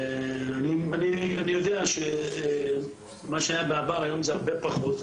אני יודע שמה שהיה בעבר כבר קורה הרבה פחות.